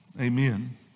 Amen